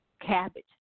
cabbage